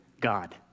God